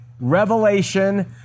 revelation